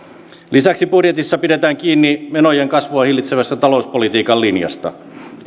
lisäksi budjetissa pidetään kiinni menojen kasvua hillitsevästä talouspolitiikan linjasta